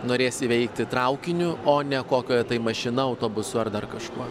norės įveikti traukiniu o ne kokioj tai mašina autobusu ar dar kažkuo